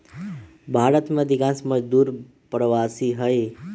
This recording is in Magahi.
भारत में अधिकांश मजदूर प्रवासी हई